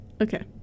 Okay